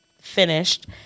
finished